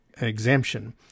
exemption